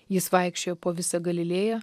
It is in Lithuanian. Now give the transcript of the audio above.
jis vaikščiojo po visą galilėją